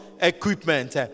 Equipment